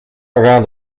around